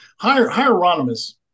Hieronymus